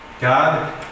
God